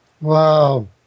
Wow